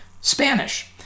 Spanish